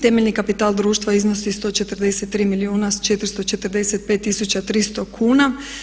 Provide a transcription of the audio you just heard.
Temeljni kapital društva iznosi 143 milijuna 445 300 kuna.